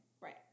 Right